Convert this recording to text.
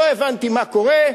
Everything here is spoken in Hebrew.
לא הבנתי מה קורה,